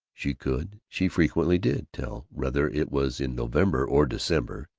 she could, she frequently did, tell whether it was in november or december,